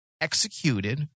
executed